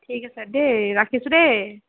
ঠিক আছে দেই ৰাখিছোঁ দেই